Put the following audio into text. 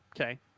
okay